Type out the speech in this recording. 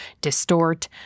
distort